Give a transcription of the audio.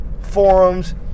forums